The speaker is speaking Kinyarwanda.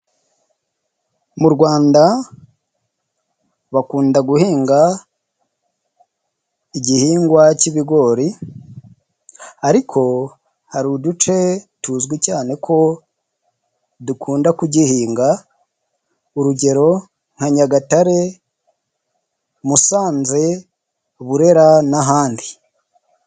Mu Rwanda bakunda guhinga igihingwa cy'ibigori ariko hari uduce tuzwi cyane ko dukunda kugihinga urugero nka Nyagatare, Musanze, Burera n'ahandi.